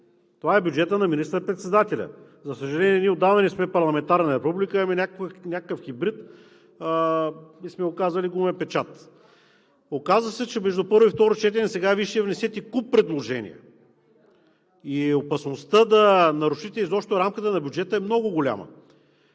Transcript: това е бюджетът на министър-председателя. За съжаление, ние отдавна не сме парламентарна република. Имаме някакъв хибрид и сме го казали – гумен печат. Оказа се, че между първо и второ четене Вие ще внесете куп предложения. Опасността да нарушите изобщо рамката на бюджета е много голяма.